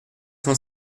cent